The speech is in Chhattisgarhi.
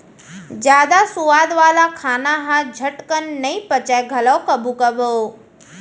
जादा सुवाद वाला खाना ह झटकन नइ पचय घलौ कभू कभू